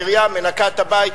העירייה מנקה את הבית,